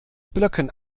blöcken